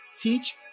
teach